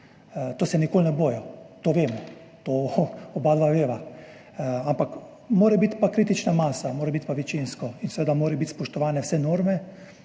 To se nikoli ne bodo, to vemo, to oba veva, ampak mora biti pa kritična masa, mora biti pa večinsko, in seveda morajo biti spoštovane vse norme,